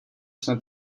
jsme